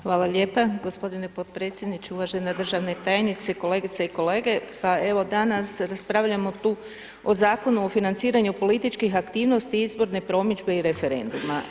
Hvala lijepa, gospodine podpredsjedniče, uvažena državna tajnice, kolegice i kolege, pa evo danas raspravljamo tu o Zakonu o financiranju političkih aktivnosti, izborne promidžbe i referenduma.